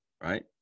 right